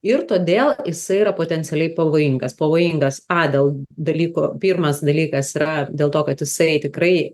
ir todėl jisai yra potencialiai pavojingas pavojingas a dėl dalykų pirmas dalykas yra dėl to kad jisai tikrai